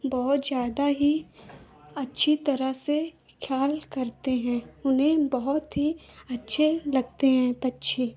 बहुत ज़्यादा ही अच्छी तरह से ख्याल करते हैं उन्हें बहुत ही अच्छे लगते हैं पक्षी